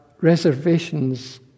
reservations